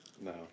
No